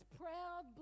proud